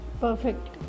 perfect